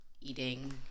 eating